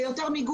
על יותר מיגון,